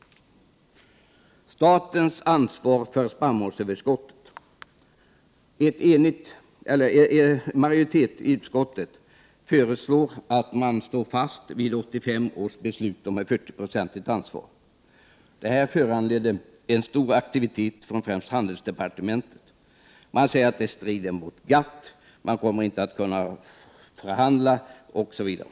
Beträffande statens ansvar för spannmålsöverskottet föreslår en majoritet i utskottet att man skall stå fast vid 1985 års beslut om ett 40-procentigt ansvar. Detta föranledde en stor aktivitet främst på handelsavdelningen på departementet. Det sägs att detta strider mot GATT-överenskommelsen, att det inte kommer att vara möjligt att förhandla, osv.